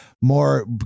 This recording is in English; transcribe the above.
more